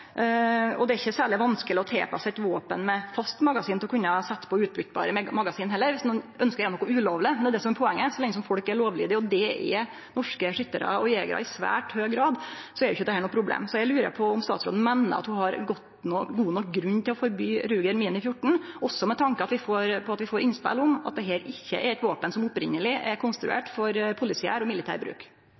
fast magasin til å kunne setje på utbytbare magasin heller, om ein ønskjer å gjere noko ulovleg. Det som er poenget, er at så lenge folk er lovlydige – og det er i svært høg grad norske skyttarar og jegerar – er ikkje dette noko problem. Eg lurar på om statsråden meiner at ho har god nok grunn til å forby Mini Ruger 14, òg med tanke på at vi får innspel om at dette ikkje er eit våpen som opphavleg er konstruert for polisiær og militær bruk.